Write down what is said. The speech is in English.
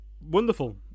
Wonderful